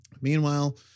Meanwhile